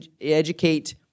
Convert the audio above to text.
educate